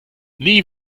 nie